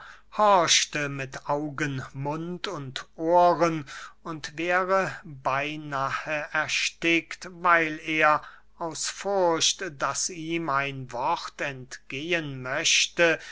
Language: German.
horchte mit augen mund und ohren und wäre beynahe erstickt weil er aus furcht daß ihm ein wort entgehen möchte